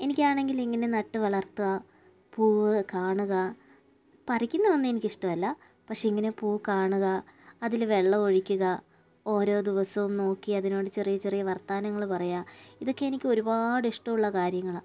എനിക്കാണെങ്കിൽ ഇങ്ങനെ നട്ടു വളർത്തുക പൂവ് കാണുക പറിക്കുന്നതൊന്നും എനിക്കിഷ്ടമല്ല പക്ഷെ ഇങ്ങനെ പൂ കാണുക അതില് വെള്ളം ഒഴിക്കുക ഓരോ ദിവസവും നോക്കി അതിനോട് ചെറിയ ചെറിയ വർത്തമാനങ്ങള് പറയുക ഇതൊക്കെ എനിക്ക് ഒരുപാട് ഇഷ്ടമുള്ള കാര്യങ്ങളാണ്